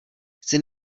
syn